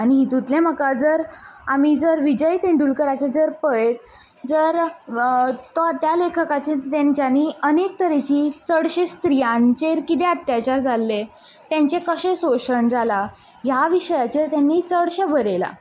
आनी हितूंतलें म्हाका जर आमी जर विजय तेंडुलकराचें जर पयत जर तो त्या लेखकाचे तेंच्यांनी अनेक तरेचीं चडशीं स्त्रियांचेर कितें अत्याचार जाल्ले तेंचें कशे सोंशण जालां ह्या विशयाचेर तांणी चडशें बरयलां